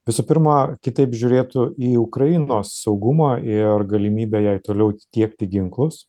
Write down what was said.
visų pirma kitaip žiūrėtų į ukrainos saugumą ir galimybę jai toliau tiekti ginklus